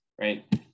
right